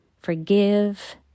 forgive